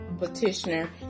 petitioner